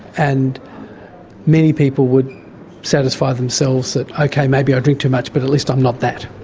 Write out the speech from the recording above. and many people would satisfy themselves that, ok, maybe i drink too much, but at least i'm not that.